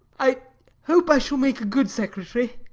i hope i shall make a good secretary.